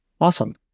Awesome